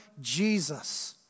Jesus